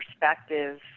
perspective